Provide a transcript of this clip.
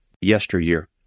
yesteryear